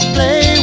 Play